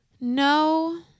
No